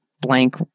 blank